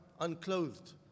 unclothed